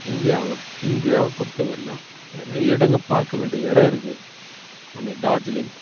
இந்தியாவை இந்தியாவை பொறுத்தவரையிலும் நிறைய இடங்க பார்க்க வேண்டிய இடம் இருக்குது ஒன்று டார்ஜிலிங்